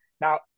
Now